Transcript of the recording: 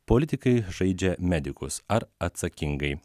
politikai žaidžia medikus ar atsakingai